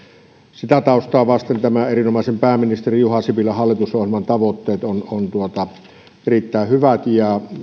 sitä taustaa vasten nämä erinomaisen pääministeri juha sipilän hallitusohjelman tavoitteet ovat erittäin hyvät ja